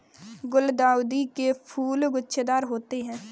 गुलदाउदी के फूल गुच्छेदार होते हैं